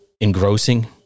engrossing